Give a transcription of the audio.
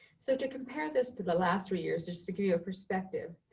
so to compare this to the last three years, just to give you a perspective,